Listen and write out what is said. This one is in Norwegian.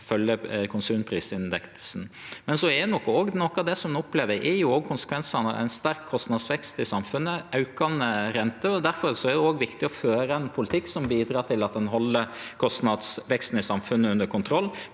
følgje konsumprisindeksen. Noko av det ein opplever, er nok òg konsekvensane av ein sterk kostnadsvekst i samfunnet og aukande renter. Difor er det viktig å føre ein politikk som bidreg til at ein held kostnadsveksten i samfunnet under kontroll,